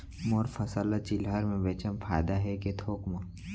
मोर फसल ल चिल्हर में बेचे म फायदा है के थोक म?